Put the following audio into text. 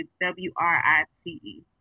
W-R-I-T-E